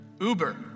Uber